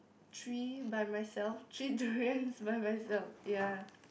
three by myself three durian by myself ya